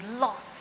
lost